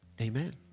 Amen